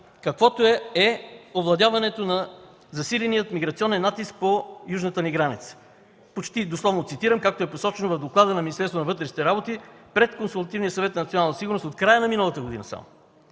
каквото е овладяването на засиления миграционен натиск по южната ни граница – почти, дословно цитирам, както е посочено в Доклада на Министерството на вътрешните работи пред Консултативния съвет по национална сигурност от края на миналата година.